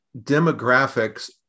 demographics